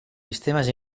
sistemes